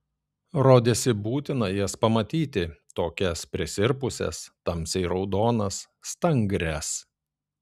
rodėsi būtina jas pamatyti tokias prisirpusias tamsiai raudonas stangrias